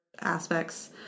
aspects